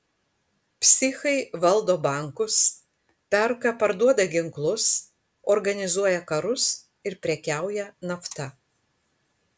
psichai valdo bankus perka parduoda ginklus organizuoja karus ir prekiauja nafta